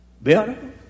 better